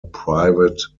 private